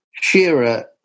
Shearer